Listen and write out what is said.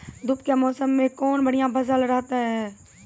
धूप के मौसम मे कौन फसल बढ़िया रहतै हैं?